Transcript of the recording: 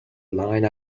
line